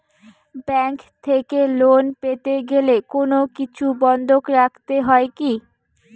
Bank থেকে loan পেতে গেলে কোনো কিছু বন্ধক রাখতে হয় কি?